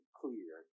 clear